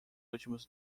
últimos